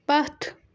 پتھ